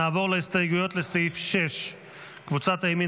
נעבור להסתייגויות לסעיף 6. קבוצת הימין